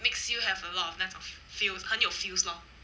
makes you have a lot of 那种 feels 很有 feels lor